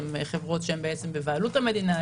חבורת שהן בבעלות המדינה.